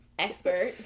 expert